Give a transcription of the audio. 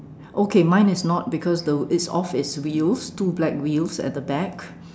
okay mine is not because the it's off it's wheels two black wheels at the back